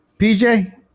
PJ